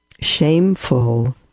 shameful